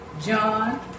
John